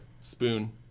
spoon